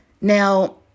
Now